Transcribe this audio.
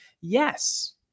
Yes